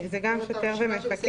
הגורם המוסמך הוא או שוטר או מפקח,